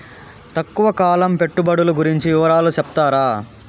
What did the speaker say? తక్కువ కాలం పెట్టుబడులు గురించి వివరాలు సెప్తారా?